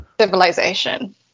Civilization